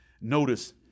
Notice